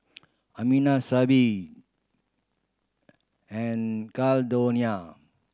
Amina Sibbie and Caldonia